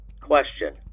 Question